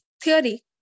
theory